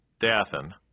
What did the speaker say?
Dathan